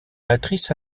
matrices